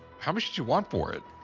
how much do you want for it?